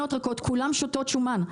כולן שותות שומן.